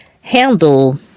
handle